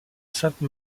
sainte